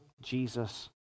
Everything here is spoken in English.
Jesus